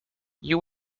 you